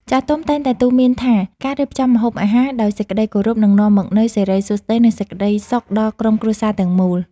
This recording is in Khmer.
ចាស់ទុំតែងតែទូន្មានថាការរៀបចំម្ហូបអាហារដោយសេចក្តីគោរពនឹងនាំមកនូវសិរីសួស្តី និងសេចក្តីសុខដល់ក្រុមគ្រួសារទាំងមូល។